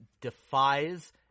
defies